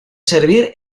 servir